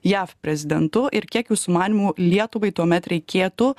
jav prezidentu ir kiek jūsų manymu lietuvai tuomet reikėtų